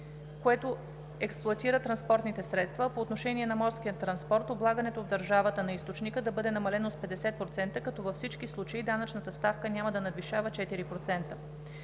което експлоатира транспортните средства, а по отношение на морския транспорт, облагането в държавата на източника да бъде намалено с 50%, като във всички случаи данъчната ставка няма да надвишава 4%;